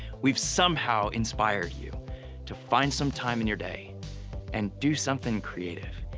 we've somehow inspired you to find some time in your day and do something creative.